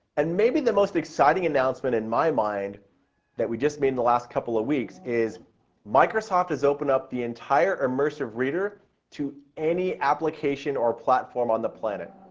and maybe the most exciting announcement in my mind that we just made in the last couple of weeks is microsoft has opened up the entire immersive reader to any application or platform on the planet.